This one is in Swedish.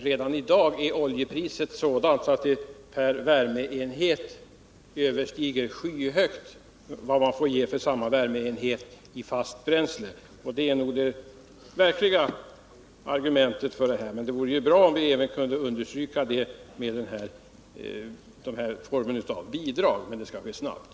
Redan i dag är oljepriset sådant att det per värmeenhet skyhögt överstiger priset för samma värmeenhet vid eldning med fast bränsle. Detta är det starkaste argumentet för en övergång till den typen av eldning. Det vore bra om vi kunde understryka det även genom den här formen av bidrag. Men det skall ske snabbt.